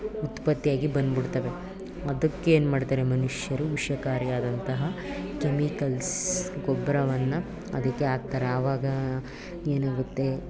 ಉತ್ಪತ್ತಿಯಾಗಿ ಬಂದ್ಬಿಡ್ತವೆ ಅದಕ್ಕೇನು ಮಾಡ್ತಾರೆ ಮನುಷ್ಯರು ವಿಷಕಾರಿಯಾದಂತಹ ಕೆಮಿಕಲ್ಸ್ ಗೊಬ್ಬರವನ್ನು ಅದಕ್ಕೆ ಹಾಕ್ತಾರೆ ಆವಾಗ ಏನಾಗುತ್ತೆ